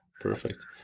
perfect